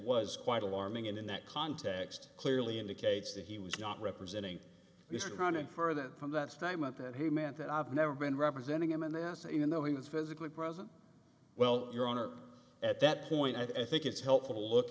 was quite alarming and in that context clearly indicates that he was not representing this accounted for that from that statement that he meant that i've never been representing him and that's even though he was physically present well your honor at that point i think it's helpful to look